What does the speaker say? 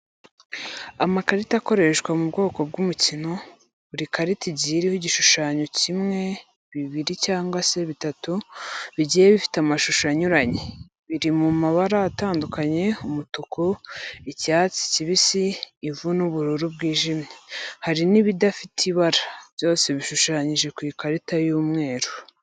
Amakarita akoreshwa mu bwoko bw'umukino, buri karita igiye iriho igishushanye kimwe, bibiri cyangwa se bitatu, bigiye bifite amashusho anyuranye, biri mu mabara atandukanye umutuku, icyatsi kibisi, ivu n'ubururu bwijimye, hari n'ibidafite ibara, byose bishushanyije ku ikarita y'umweru.